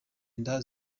inda